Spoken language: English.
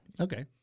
Okay